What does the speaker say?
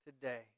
today